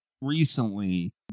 recently